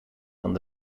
van